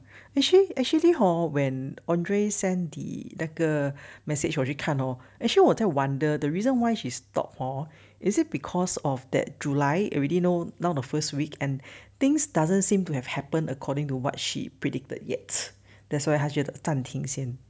actually actually hor when andre send the 那个 message 我去看 hor actually 我在 wonder the reason why she stopped hor is it because of that july already know now the first week and things doesn't seem to have happened according to what she predicted yet that's why 他觉得暂停先